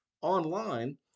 online